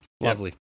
Lovely